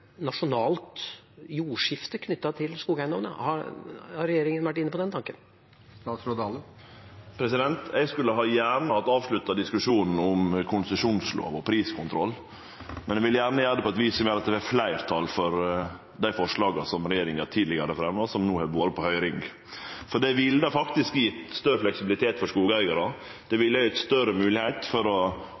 nasjonalt jordskifte knyttet til skogeiendommene? Har regjeringa vært inne på den tanken? Eg skulle gjerne hatt avslutta diskusjonen om konsesjonslov og priskontroll, men eg vil gjerne gjere det på eit vis som gjer at det er fleirtal for dei forslaga som regjeringa tidlegare fremja, og som no har vore på høyring. For det ville faktisk ha gjeve større fleksibilitet for skogeigarar, det ville ha gjeve større moglegheit for å